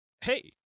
hey